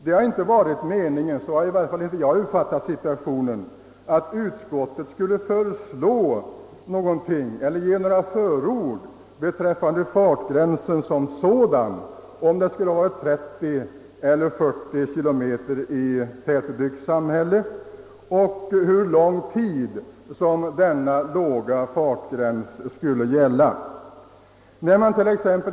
Det har inte varit meningen -— så har i varje fall inte jag uppfattat situationen — att utskottet skulle ge några förord beträffande frågan huruvida fartgränsen skall sättas till 30 eller 40 kilometer i timmen i tättbebyggt samhälle och hur lång tid denna låga fartgräns skall gälla.